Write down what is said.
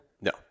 No